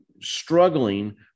struggling